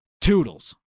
Toodles